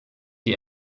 die